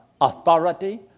authority